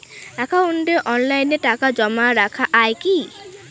একাউন্টে অনলাইনে টাকা জমা রাখা য়ায় কি?